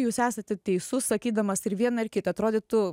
jūs esate teisus sakydamas ir vieną ir kitą atrodytų